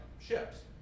ships